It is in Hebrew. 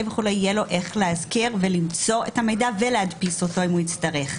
וכולי יהיה לו איך לאזכר ולמצוא את המידע ולהדפיס אותו אם הוא יצטרך.